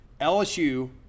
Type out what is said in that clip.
LSU –